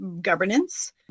governance